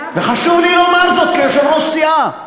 וחשוב לי לומר זאת כיושב-ראש הסיעה.